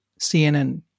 CNN